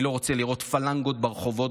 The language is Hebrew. אני לא רוצה לראות פלנגות ברחובות